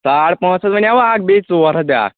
ساڑٕ پانژھ ہَتھ ونیاوُ اَکھ بیٚیہِ ژور ہَتھ بیاکھ